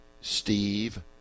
steve